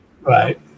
Right